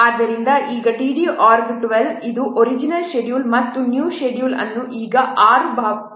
ಆದ್ದರಿಂದ ಈಗ td org 12 ಇದು ಒರಿಜಿನಲ್ ಶೆಡ್ಯೂಲ್ ಮತ್ತು ನ್ಯೂ ಶೆಡ್ಯೂಲ್ ಅನ್ನು ಈಗ 6 ಎಂದು ಭಾವಿಸಲಾಗಿದೆ